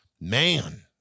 man